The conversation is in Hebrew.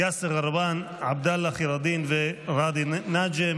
בעד, אין מתנגדים ואין נמנעים.